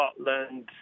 Scotland